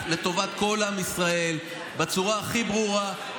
לטובת כל עם ישראל בצורה הכי ברורה,